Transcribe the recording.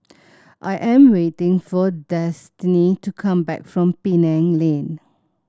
I am waiting for Destany to come back from Penang Lane